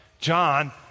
John